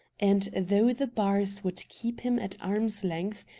and though the bars would keep him at arm's-length,